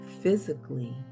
physically